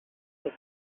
his